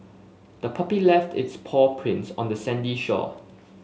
the puppy left its paw prints on the sandy shore